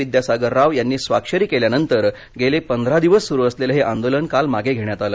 विद्यासागर राव यांनी स्वाक्षरी केल्यानंतर गेले पंधरा दिवस सुरु असलेलं हे आंदोलन काल मागे घेण्यात आलं